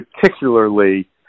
particularly